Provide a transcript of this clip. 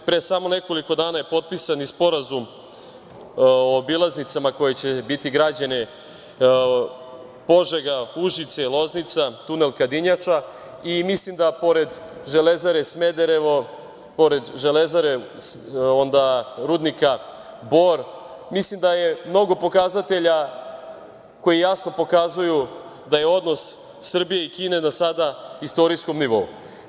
Pre samo nekoliko dana je potpisan Sporazum o obilaznicama koje će biti građene – Požega, Užice, Loznica, tunel Kadinjača, i mislim da pored Železare Smederevo, pored rudnika „Bor“, mislim da je mnogo pokazatelja koji jasno pokazuju da je odnos Srbije i Kine za sada na istorijskom nivou.